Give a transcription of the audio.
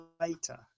later